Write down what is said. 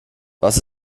was